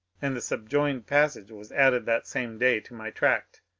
and the subjoined passage was added that same day to my tract,